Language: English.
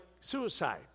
suicide